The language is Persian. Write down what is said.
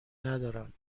ندارم